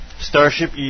Starship